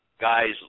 guys